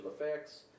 effects